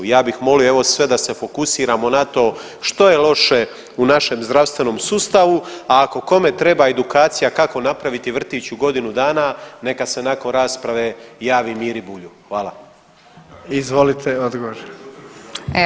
Ja bih molio evo sve da se fokusiramo na to što je loše u našem zdravstvenom sustavu, a ako kome treba edukacija kako napraviti vrtić u godinu dana neka se nakon rasprave javi Miri Bulju.